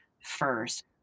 first